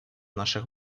наших